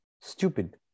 stupid